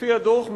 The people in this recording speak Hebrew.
לפי הדוח,